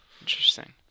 Interesting